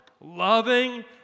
loving